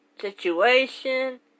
situation